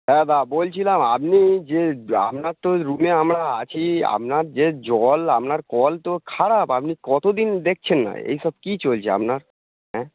হ্যাঁ দা বলছিলাম আপনি যে আপনার তো রুমে আমরা আছি আপনার যে জল আপনার কল তো খারাপ আপনি কতদিন দেখছেন না এসব কী চলছে আপনার হ্যাঁ